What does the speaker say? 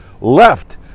left